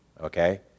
okay